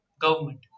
government